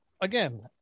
again